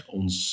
ons